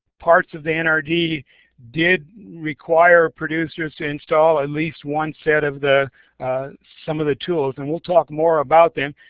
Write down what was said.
parts of the nrd did require producers to install at least one set of the some of the tools, and we'll talk more about them,